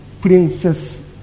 Princess